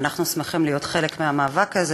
ואנחנו שמחים להיות חלק מהמאבק הזה,